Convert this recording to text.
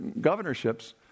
governorships